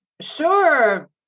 sure